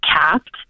capped